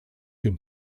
dem